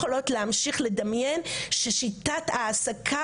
אנחנו לא יכולות להמשיך לדמיין ששיטת ההעסקה